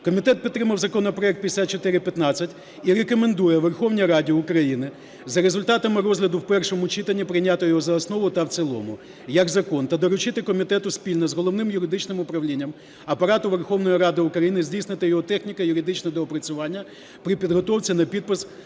Комітет підтримав законопроект 5415 і рекомендує Верховній Раді України, за результатами розгляду в першому читанні, прийняти його за основу та в цілому як закон та доручити комітету, спільно з Головним юридичним управлінням Апарату Верховної Ради України, здійснити його техніко-юридичне доопрацювання при підготовці на підпис